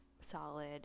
solid